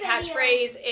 catchphrase